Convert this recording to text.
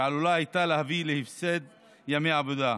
שעלולה הייתה להביא להפסד ימי עבודה.